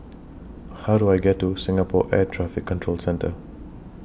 How Do I get to Singapore Air Traffic Control Centre